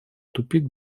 тупик